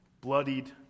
bloodied